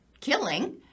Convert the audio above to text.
killing